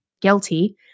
guilty